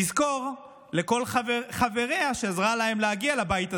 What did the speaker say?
תזכור לכל חבריה, שעזרה להם להגיע לבית הזה,